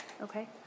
Okay